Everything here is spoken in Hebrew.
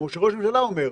כמו שראש הממשלה אומר,